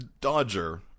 Dodger